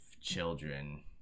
children